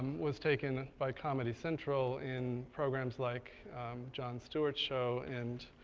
was taken by comedy central in programs like jon stewart's show and